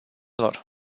lor